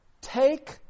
Take